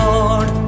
Lord